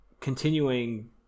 continuing